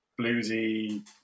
bluesy